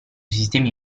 sistemi